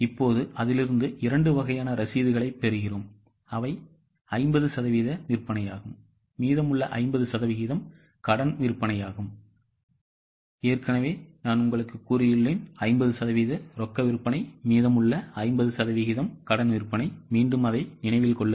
இப்போது அதிலிருந்து இரண்டு வகையான ரசீதுகளைப் பெறுகிறோம் அவை 50 சதவீத விற்பனையாகும் மீதமுள்ள 50 சதவிகிதம் கடன் விற்பனையாகும்